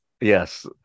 Yes